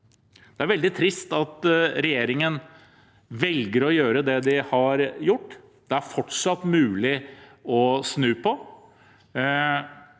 Det er veldig trist at regjeringen velger å gjøre det de har gjort. Det er fortsatt mulig å snu på